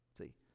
See